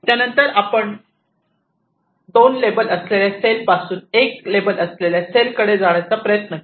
त्यानंतर आपण 2 लेबल असलेल्या सेल पासून 1 लेबल असलेल्या सेलकडे जाण्याचा प्रयत्न करू